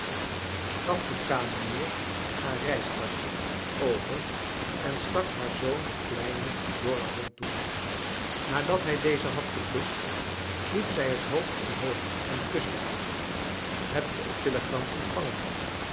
gaf de kamenier haar reistaschje over en stak haar zoon de kleine dorre hand toe nadat hij deze had gekust hief zij zijn hoofd omhoog en kuste hem hebt ge het telegram ontvangen